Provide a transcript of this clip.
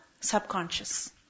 subconscious